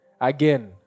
Again